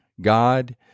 God